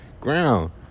ground